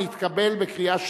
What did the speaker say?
נתקבל בקריאה שנייה.